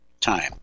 time